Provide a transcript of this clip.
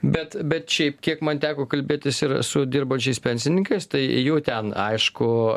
bet bet šiaip kiek man teko kalbėtis ir su dirbančiais pensininkais tai jų ten aišku